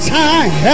time